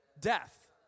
death